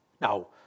Now